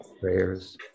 prayers